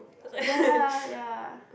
ya ya